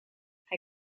hij